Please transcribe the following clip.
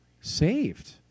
saved